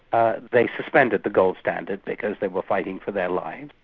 ah they suspended the gold standard, because they were fighting for their lives,